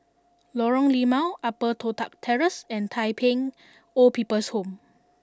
Lorong Limau Upper Toh Tuck Terrace and Tai Pei Old People's Home